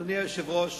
אדוני היושב-ראש,